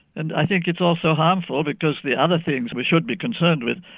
and i think it's also harmful because the other things we should be concerned with,